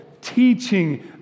teaching